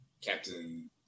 Captain